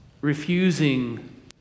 Refusing